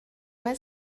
باید